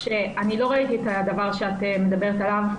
שאני לא ראיתי את הדבר שאת מדברת עליו,